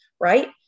right